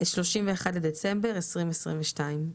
(31 בדצמבר 2022)."